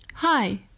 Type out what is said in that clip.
Hi